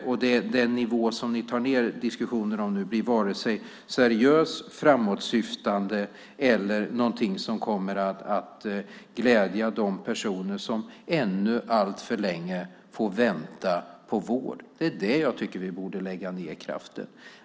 Den nivå som ni nu tar ned diskussionen till blir varken seriös, framåtsyftande eller någonting som kommer att glädja de personer som ännu får vänta på vård alltför länge. Det är där som jag tycker att vi borde lägga ned kraften.